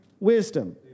Wisdom